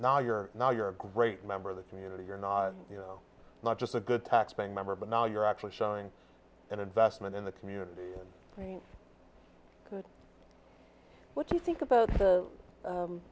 now you're now you're a great member of the community you're not you know not just a good taxpaying member but now you're actually showing an investment in the community in what you think about the